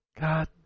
God